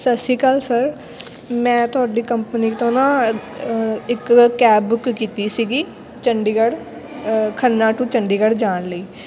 ਸਤਿ ਸ਼੍ਰੀ ਅਕਾਲ ਸਰ ਮੈਂ ਤੁਹਾਡੀ ਕੰਪਨੀ ਤੋਂ ਨਾ ਇੱਕ ਕੈਬ ਬੁੱਕ ਕੀਤੀ ਸੀਗੀ ਚੰਡੀਗੜ੍ਹ ਖੰਨਾ ਟੂ ਚੰਡੀਗੜ੍ਹ ਜਾਣ ਲਈ